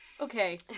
Okay